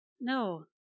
No